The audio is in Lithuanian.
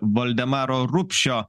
valdemaro rupšio